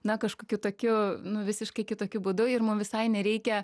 na kažkokiu tokiu nu visiškai kitokiu būdu ir mum visai nereikia